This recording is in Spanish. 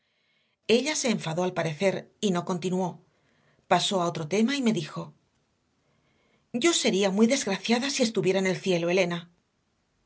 ella se enfadó al parecer y no continuó pasó a otro tema y me dijo yo sería muy desgraciada si estuviera en el cielo elena